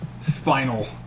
Spinal